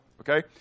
Okay